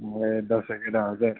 दस सैकडा हजार